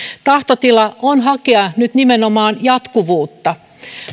tahtotila on hakea nyt nimenomaan jatkuvuutta